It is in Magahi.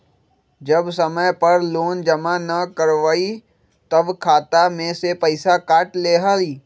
जब समय पर लोन जमा न करवई तब खाता में से पईसा काट लेहई?